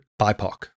BIPOC